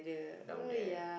around there